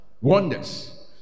wonders